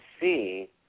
see